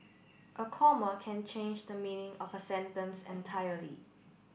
a comma can change the meaning of a sentence entirely